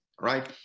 right